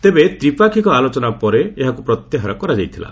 ତେବେ ତ୍ରିପାକ୍ଷିକ ଆଲୋଚନା ପରେ ଏହାକୁ ପ୍ରତ୍ୟାହାର କରାଯାଇଥିଲା